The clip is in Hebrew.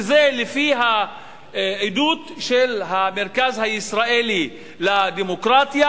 וזה לפי העדות של המרכז הישראלי לדמוקרטיה,